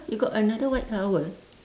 you got another white towel